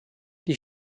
die